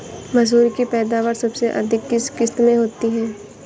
मसूर की पैदावार सबसे अधिक किस किश्त में होती है?